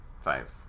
five